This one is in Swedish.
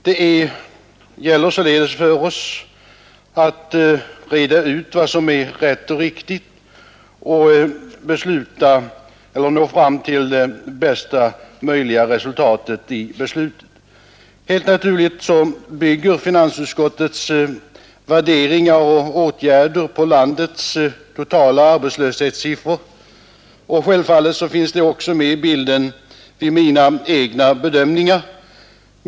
Det gäller för oss både att reda ut vad som är rätt och riktigt och att besluta så att vi uppnår bästa möjliga resultat. Helt naturligt bygger finansutskottets värderingar om åtgärder på landets totala arbetslöshetssiffror, och självfallet finns de också med i bilden vid mina egna bedömningar.